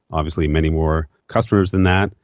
obviously many more customers than that,